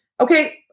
okay